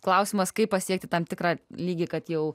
klausimas kaip pasiekti tam tikrą lygį kad jau